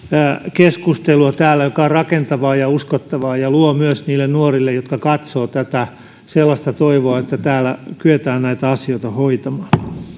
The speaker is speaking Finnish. keskustelua joka on rakentavaa ja uskottavaa ja luo myös niille nuorille jotka katsovat tätä sellaista toivoa että täällä kyetään näitä asioita hoitamaan